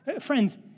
Friends